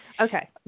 Okay